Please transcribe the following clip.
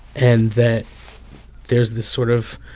and that there's this sort of